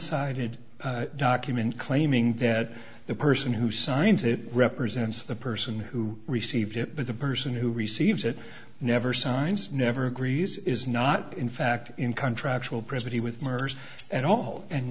sided document claiming that the person who signed it represents the person who received it but the person who receives it never signed never agrees is not in fact in contract will present he with murderers and all and